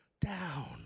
down